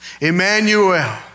Emmanuel